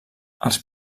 els